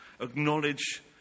acknowledge